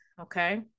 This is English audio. okay